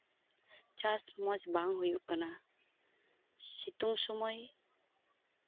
ᱪᱟᱥ ᱢᱚᱸᱡ ᱵᱟᱝ ᱦᱩᱭᱩᱜ ᱠᱟᱱᱟ ᱥᱤᱛᱩᱝ ᱥᱩᱢᱳᱭ